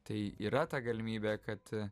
tai yra ta galimybė kad